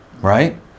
right